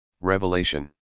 Revelation